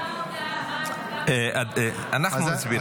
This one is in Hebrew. מה --- אנחנו נצביע על הכול.